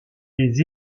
des